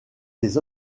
des